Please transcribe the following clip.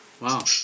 Wow